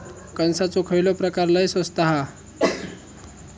कणसाचो खयलो प्रकार लय स्वस्त हा?